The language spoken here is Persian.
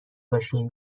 باشین